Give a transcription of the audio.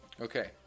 Okay